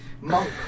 monk